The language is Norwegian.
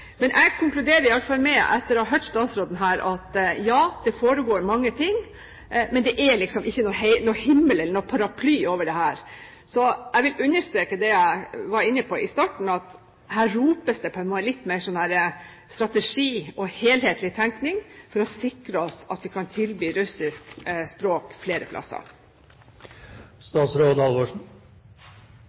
Jeg konkluderer i alle fall med, etter å ha hørt statsråden her, at ja, det foregår mange ting, men det er liksom ikke noen himmel eller noen paraply over dette. Jeg vil understreke det jeg var inne på i starten, at her ropes det på litt mer strategi og helhetlig tenkning for å sikre oss at vi kan tilby russisk språk flere